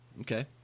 Okay